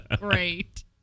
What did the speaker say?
Great